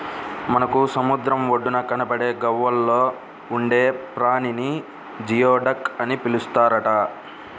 మనకు సముద్రం ఒడ్డున కనబడే గవ్వల్లో ఉండే ప్రాణిని జియోడక్ అని పిలుస్తారట